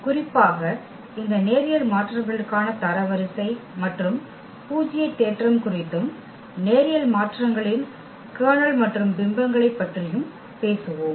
குறிப்பாக இந்த நேரியல் மாற்றங்களுக்கான தரவரிசை மற்றும் பூஜ்ய தேற்றம் குறித்தும் நேரியல் மாற்றங்களின் கர்னல் மற்றும் பிம்பங்களைப் பற்றியும் பேசுவோம்